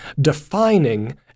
defining